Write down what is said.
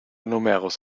numerus